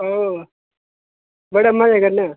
आहो बड़े मजे कन्नै